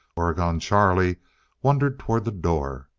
oregon charlie wandered toward the door.